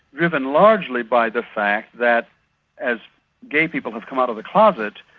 driven largely by the fact that as gay people have come out of the closet,